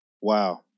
Wow